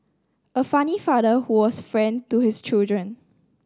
a funny father who was a friend to his children